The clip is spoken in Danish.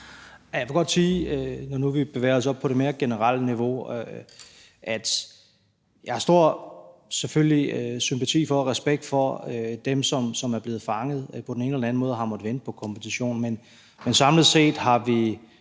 Jeg vil godt sige, når nu vi bevæger os op på det mere generelle niveau, at jeg selvfølgelig har stor sympati og respekt for dem, som er blevet fanget på den ene eller den anden måde og har måttet vente på kompensation, men samlet set har vi